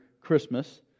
Christmas